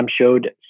showed